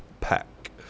pack